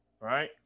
Right